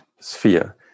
sphere